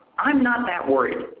i'm not that worried,